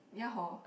ya hor